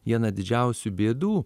vieną didžiausių bėdų